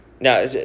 Now